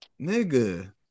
nigga